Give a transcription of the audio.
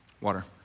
Water